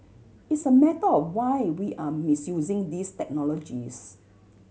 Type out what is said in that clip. it's a matter of why we are misusing these technologies